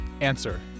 answer